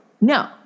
no